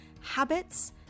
habits